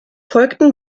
folgten